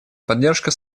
поддержка